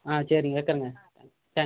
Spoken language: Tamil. ஆ சரிங்க வைக்கிறேங்க தேங்க்